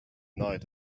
night